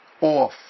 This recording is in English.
off